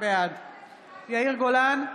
בעד יאיר גולן,